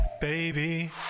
baby